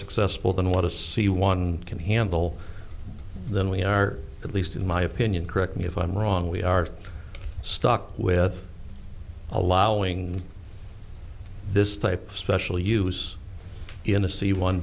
successful than what a c one can handle than we are at least in my opinion correct me if i'm wrong we are stuck with allowing this type of special use in a c one